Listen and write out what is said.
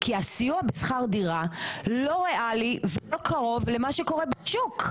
כי הסיוע בשכר דירה לא ריאלי ולא קרוב למה שקורה בשוק,